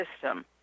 system